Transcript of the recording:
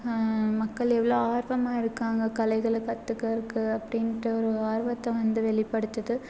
மக்கள் எவ்வளோ ஆர்வமாக இருக்காங்க கலைகளை கற்றுக்கறக்கு அப்படின்ட்டு ஒரு ஆர்வத்தை வந்து வெளிப்படுத்துது